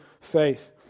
faith